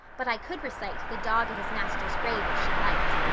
but i could recite, the dog at his master's grave if she liked.